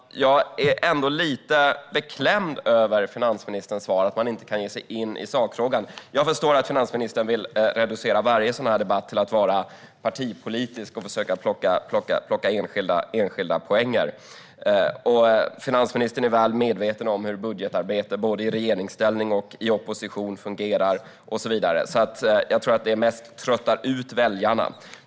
Jag är lite beklämd över finansministerns svar: att hon inte kan ge sig in i sakfrågan. Jag förstår att finansministern vill reducera varje sådan här debatt till att vara partipolitisk och försöka plocka enskilda poänger. Hon är väl medveten om hur budgetarbete, både i regeringsställning och i opposition, fungerar, så jag tror att det mest tröttar ut väljarna.